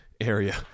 area